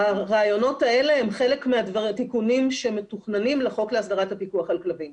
הרעיונות האלה הם חלק מהתיקונים שמתוכננים לחוק להסדרת הפיקוח על כלבים.